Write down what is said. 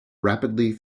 rapidly